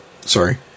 Sorry